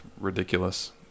ridiculous